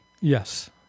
Yes